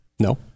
No